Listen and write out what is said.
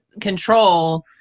control